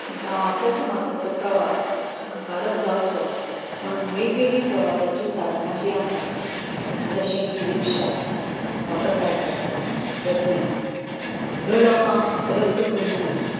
गांवांतल्या समाजाचो प्रवास सुखकारक जावंचो म्हणून वेगवेगळीं प्रवासाचीं साधना जीं आसात जशें की रिक्षा मोटरसायकल बसी ह्यो लोकांक उपलब्ध करून दिवच्यो